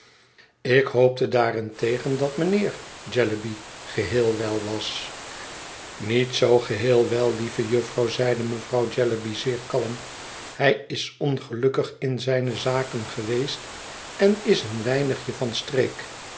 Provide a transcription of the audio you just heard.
ik hoopte daarentegen dat mijnheer jellyby geheel wel was niet zoo geheel wel lieve jufvrouw zeide mevrouw jellyby zeer kalm hij is ongelukkig in zijne zaken geweest en is een weinigje van streek